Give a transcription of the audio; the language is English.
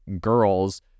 girls